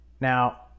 Now